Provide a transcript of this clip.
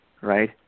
Right